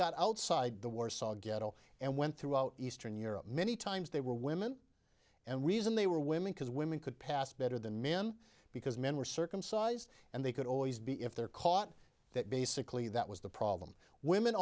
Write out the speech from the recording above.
got outside the warsaw ghetto and went throughout eastern europe many times they were women and reason they were women because women could pass better than men because men were circumcised and they could always be if they're caught that basically that was the problem women